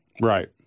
Right